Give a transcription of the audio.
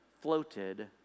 floated